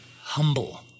Humble